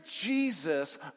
Jesus